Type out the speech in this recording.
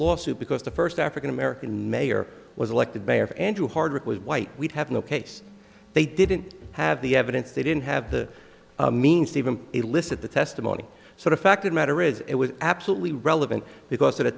lawsuit because the first african american mayor was elected mayor andrew hardwick was white we'd have no case they didn't have the evidence they didn't have the means to even illicit the testimony so the fact of matter is it was absolutely relevant because of the